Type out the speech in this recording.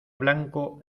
blanco